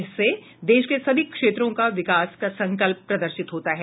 इससे देश के सभी क्षेत्रों के विकास का संकल्प प्रदर्शित होता है